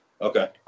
Okay